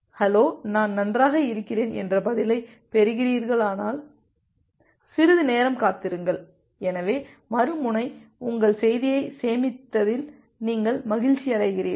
hello நான் நன்றாக இருக்கிறேன் என்ற பதிலை பெறுகிறீர்களானால் சிறிது நேரம் காத்திருங்கள் எனவே மறுமுனை உங்கள் செய்தியை சேமித்ததில் நீங்கள் மகிழ்ச்சியடைகிறீர்கள்